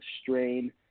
strain